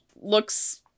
looks